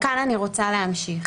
מכאן אני רוצה להמשיך.